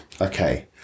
Okay